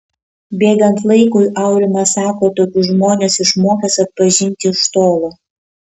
bėgant laikui aurimas sako tokius žmones išmokęs atpažinti iš tolo